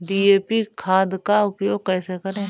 DAP खाद का उपयोग कैसे करें?